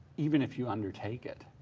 even if you undertake it.